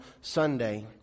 Sunday